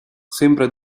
sembra